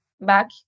back